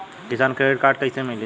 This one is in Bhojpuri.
किसान क्रेडिट कार्ड कइसे मिली?